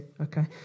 okay